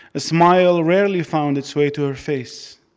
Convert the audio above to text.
a smile rarely found its way to her face.